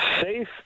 Safe